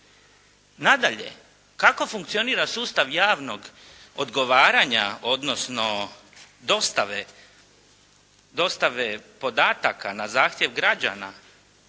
Nadalje, kako funkcionira sustav javnog odgovaranja, odnosno dostave podataka na zahtjev građana